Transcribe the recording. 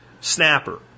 Snapper